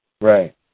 Right